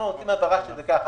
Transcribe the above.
אנחנו רוצים הבהרה שזה ככה,